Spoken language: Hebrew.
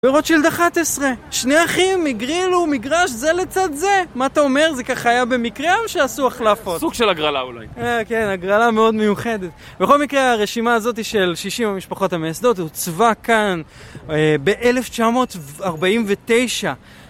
ורוטשילד 11, שני אחים, הגרילו מגרש, זה לצד זה. מה אתה אומר? זה ככה היה במקרה, או שעשו החלפות? סוג של הגרלה אולי. אה, כן, הגרלה מאוד מיוחדת. בכל מקרה, הרשימה הזאת היא של 60 משפחות המייסדות, היא עוצבה כאן ב-1949.